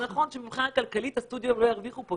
זה נכון שמבחינה כלכלית הסטודיואים לא ירוויחו פה.